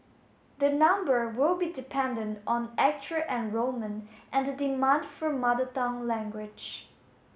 the number will be dependent on actual enrolment and the demand for Mother Tongue language